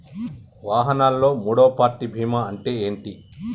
వాహనాల్లో మూడవ పార్టీ బీమా అంటే ఏంటి?